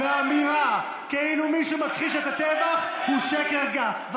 ואמירה כאילו מישהו מכחיש את הטבח היא שקר גס.